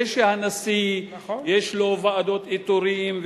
זה שהנשיא יש לו ועדות איתורים,